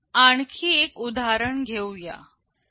आणखी एक उदाहरण घेऊया